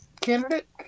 candidate